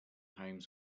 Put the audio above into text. homes